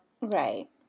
right